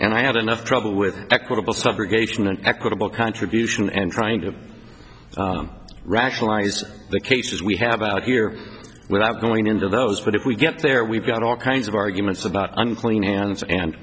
and i had enough trouble with equitable subrogation an equitable contribution and trying to rationalize the cases we have out here without going into those but if we get there we've got all kinds of arguments about unclean hands and